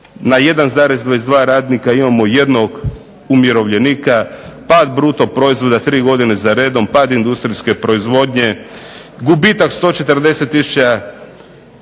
na 1,22 radnika imamo jednog umirovljenika, pad bruto proizvoda tri godine za redom, pad industrijske proizvodnje, gubitak 140